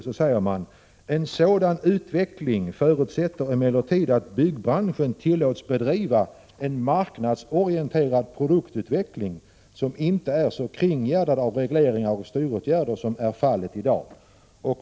Man säger: En sådan utveckling förutsätter emellertid att byggbranschen tillåts bedriva en marknadsorienterad produktutveckling, som inte är så kringgärdad av regleringar och styråtgärder som är fallet i dag.